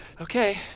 Okay